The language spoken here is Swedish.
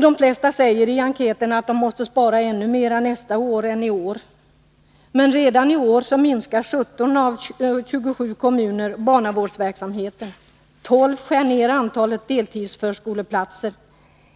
De flesta svarade i enkäten att de måste spara ännu mer nästa år än i år. Men redan i år minskar 17 av 27 kommuner barnavårdsverksamheten. 12 skär ner antalet deltidsförskoleplatser.